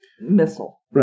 missile